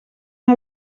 una